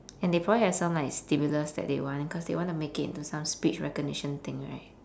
and they probably have some like stimulus that they want cause they want to make it into some speech recognition thing right